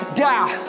die